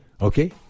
Okay